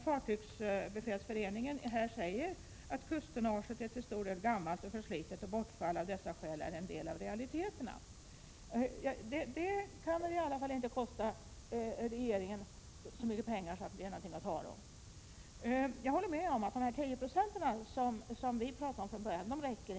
Fartygsbefälsföreningen säger här att kusttonnaget till stor del är gammalt och förslitet och bortfall av dessa fartyg är en del av realiteterna. Detta kan väl i alla fall inte kosta regeringen så mycket pengar så att det är något att tala om? Jag håller med om att de 10 96 vi talat om från början inte räcker.